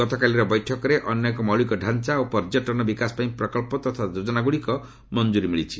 ଗତକାଲିର ବୈଠକରେ ଅନେକ ମୌଳିକ ଢ଼ାଞ୍ଚା ଓ ପର୍ଯ୍ୟଟନ ବିକାଶ ପାଇଁ ପ୍ରକଳ୍ପ ତଥା ଯୋଜନାଗୁଡ଼ିକ ମଧ୍ୟ ମଞ୍ଜୁରୀ ମିଳିଛି